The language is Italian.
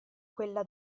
quella